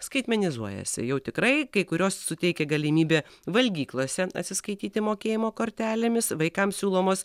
skaitmenizuojasi jau tikrai kai kurios suteikia galimybę valgyklose atsiskaityti mokėjimo kortelėmis vaikams siūlomos